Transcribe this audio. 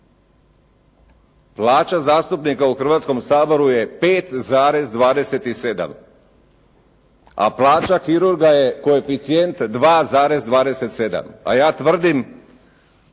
Plaća zastupnika u Hrvatskom saboru je 5,27, a plaća kirurga je 2,27, a ja tvrdim,